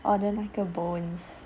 order 那个 bones